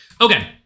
Okay